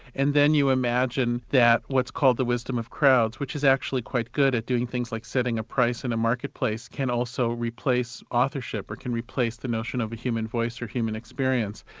and then you imagine that what's called the wisdom of crowds which is actually quite good at doing things like setting a price in a marketplace can also replace authorship, or can replace the notion of a human voice or human experience.